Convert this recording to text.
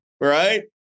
right